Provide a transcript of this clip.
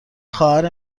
خواهر